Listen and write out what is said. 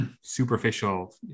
superficial